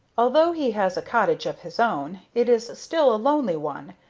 although he has a cottage of his own, it is still a lonely one,